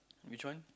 which one